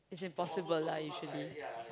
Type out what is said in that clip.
it's impossible lah usually